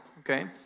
Okay